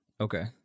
Okay